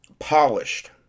polished